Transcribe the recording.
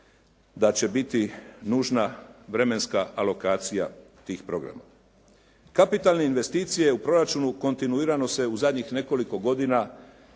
da će biti nužna vremenska alokacija tih programa. Kapitalne investicije u proračunu kontinuirano se u zadnjih nekoliko godina